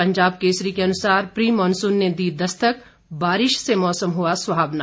पंजाब केसरी के अनुसार pre monsoon ने दी दस्तक बारिश से मौसम सुहावना